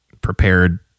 prepared